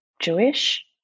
Jewish